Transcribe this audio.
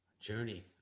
Journey